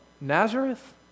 Nazareth